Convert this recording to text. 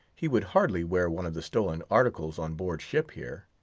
he would hardly wear one of the stolen articles on board ship here.